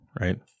right